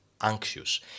anxious